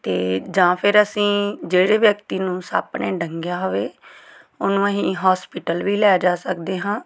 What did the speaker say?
ਅਤੇ ਜਾਂ ਫਿਰ ਅਸੀਂ ਜਿਹੜੇ ਵਿਅਕਤੀ ਨੂੰ ਸੱਪ ਨੇ ਡੰਗਿਆ ਹੋਵੇ ਉਹਨੂੰ ਅਸੀਂ ਹੋਸਪਿਟਲ ਵੀ ਲੈ ਜਾ ਸਕਦੇ ਹਾਂ